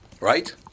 Right